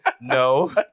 No